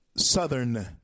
southern